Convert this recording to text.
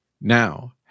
Now